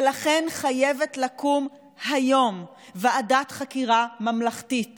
ולכן חייבת לקום היום ועדת חקירה ממלכתית